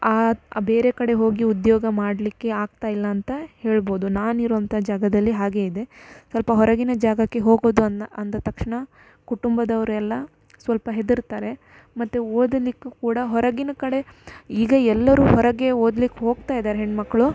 ಬೇರೆ ಕಡೆ ಹೋಗಿ ಉದ್ಯೋಗ ಮಾಡಲಿಕ್ಕೆ ಆಗ್ತಾಯಿಲ್ಲ ಅಂತ ಹೇಳ್ಬೋದು ನಾನಿರುವಂಥ ಜಾಗದಲ್ಲಿ ಹಾಗೇ ಇದೆ ಸ್ವಲ್ಪ ಹೊರಗಿನ ಜಾಗಕ್ಕೆ ಹೋಗೋದು ಅನ್ನೊ ಅಂದ ತಕ್ಷಣ ಕುಟುಂಬದವ್ರೆವರೆ ಸ್ವಲ್ಪ ಹೆದರ್ತಾರೆ ಮತ್ತು ಓದಲಿಕ್ಕೂ ಕೂಡ ಹೊರಗಿನ ಕಡೆ ಈಗ ಎಲ್ಲರೂ ಹೊರಗೆ ಓದ್ಲಿಕ್ಕೆ ಹೋಗ್ತಾಯಿದಾರೆ ಹೆಣ್ಣುಕ್ಳು